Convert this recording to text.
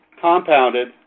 compounded